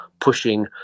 pushing